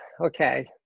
okay